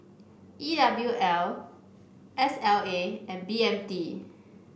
E W L S L A and B M T